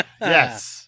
Yes